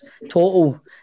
total